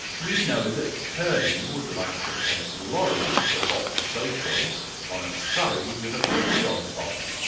we know that curly would like to take laurey to the box social on a surrey with a fringe on top.